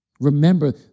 Remember